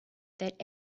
that